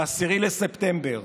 ב-10 בספטמבר.